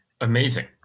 amazing